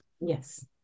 Yes